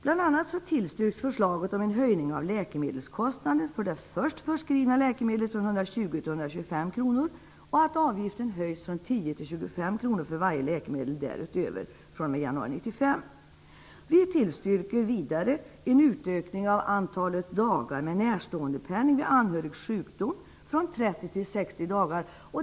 Bl.a. tillstyrks förslaget om en höjning av läkemedelskostnader för det först förskrivna läkemedlet från 120 till 125 kr och att avgiften höjs från 20 till 25 kr för varje läkemedel därutöver fr.o.m. januari 1995. Vi tillstyrker vidare en utökning av antalet dagar med närståendepenning vid anhörigs sjukdom från 30 till 60 dagar.